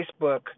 Facebook